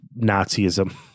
Nazism